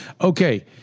Okay